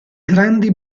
grandi